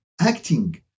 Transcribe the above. acting